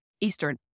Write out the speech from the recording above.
Eastern